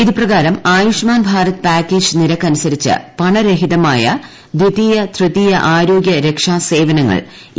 ഇതുപ്രകാരം Ayushman Bharat package നിരക്ക് അനുസരിച്ച് പണരഹിതമായ ദിതീയ ത്രിതീയ ആരോഗ്യ രക്ഷാ സേവനങ്ങൾ ഇ